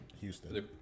Houston